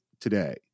today